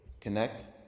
Connect